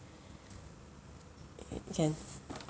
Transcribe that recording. can